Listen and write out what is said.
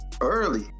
Early